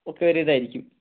ഒക്കെ ഒരു ഇതായിരിക്കും